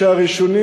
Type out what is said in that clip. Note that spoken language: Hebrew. והראשונים,